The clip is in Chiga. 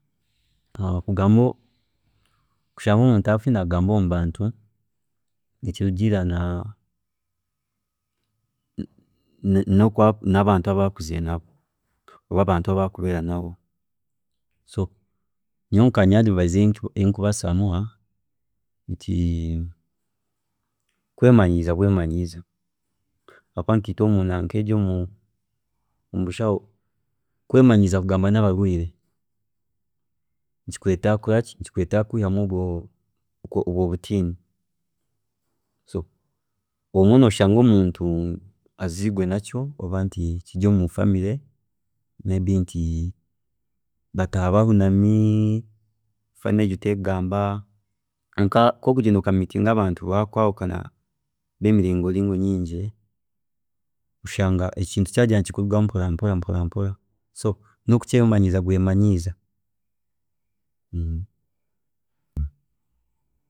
Kugamba kushanga omuntu ari kutiina kugamba omubantu nikirugiirira nabantu abu akuzire nabo oba abantu abu arikubeera nabo, so nyowe nka advise eyi ndikubaasa kumuha nti kwemanyiiza bwemanyiiza, habwokuba nkiitwe omunanka egi omubushaho, kwemanyiiza kugamba nabarwiire nikikureetera kukora ki nikikureetera kweyihamu obwe butiini. So obumwe noshanga omuntu aziirwe nakyo oba nti kiri omu family, may be nti bataaha bahunami, family egyo tekugamba kwonka kwori kugyenda oka miitinga abantu bemiringo mingi bakwahukana, oshanga ekintu kyagyenda nikikurugamu mpora mpora, so nokukyemanyiiza bwemanyiiza.